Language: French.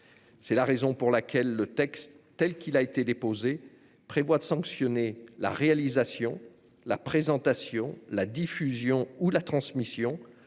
C'est la raison pour laquelle le texte, tel qu'il a été déposé, prévoit de sanctionner la réalisation, la présentation, la diffusion ou la transmission,